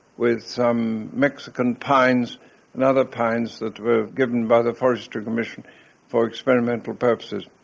with some mexican pines and other pines that were given by the forestry commission for experimental purposes.